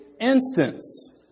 instance